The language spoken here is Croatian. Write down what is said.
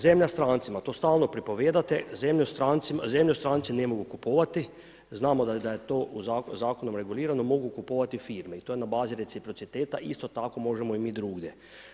Zemlja strancima, to stalno pripovijedate, zemlju stranci ne mogu kupovati, znamo da je to zakonom regulirano, mogu kupovati firme i to je na bazi reciprociteta i isto tako možemo i mi drugdje.